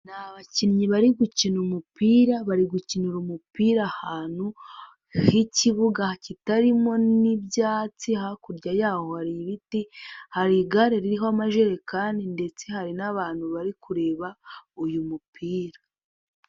Ni abakinnyi bari gukina umupira bari gukinira umupira ahantu h'ikibuga kitarimo n'ibyatsi, hakurya yaho hari ibiti, hari igare ririho amajerekani ndetse hari n'abantu bari kureba uyu mupira.